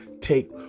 take